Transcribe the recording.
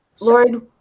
Lord